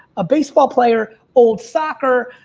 a baseball player, old soccer,